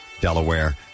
Delaware